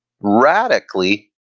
radically